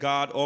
God